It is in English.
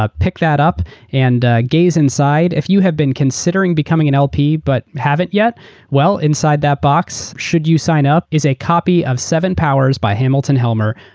ah pick that up and gaze insidea if you have been considering becoming an lp, but haven't yeta well inside that box, should you sign up, is a copy of seven powers by hamilton helmer,